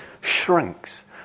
shrinks